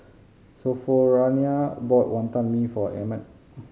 Sophronia bought Wantan Mee for Emmet